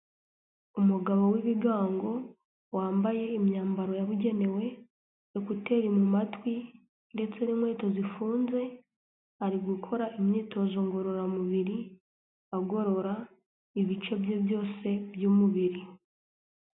Umugabo wibigango wambaye imyambaro yabugenewe, ekuteri mu matwi ndetse n'inkweto zifunze, ari gukora imyitozo ngororamubiri, agorora ibice bye byose by'umubiri.